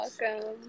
Welcome